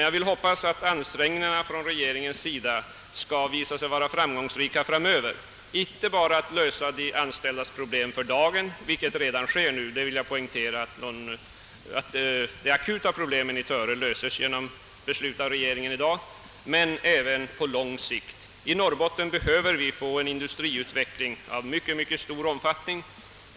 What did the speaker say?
Jag hoppas att regeringens ansträngningar framöver skall visa sig framgångsrika, inte bara när det gäller att lösa de anställdas problem för dagen, vilket redan nu sker — jag vill poängtera att de akuta problemen i Töre lösts genom beslut av regeringen i dag — utan även på lång sikt. I Norrbotten behöver vi en industriutveckling av mycket stor omfattning.